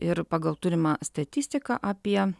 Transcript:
ir pagal turimą statistiką apie